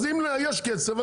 אז אם יש כסף,